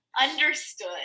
Understood